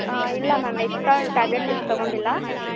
ಇಲ್ಲ ma'am extra ಏನೂ tablets ಏನೂ ತಗೊಂಡಿಲ್ಲ